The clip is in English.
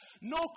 No